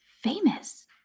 famous